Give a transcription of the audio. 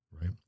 right